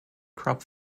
crop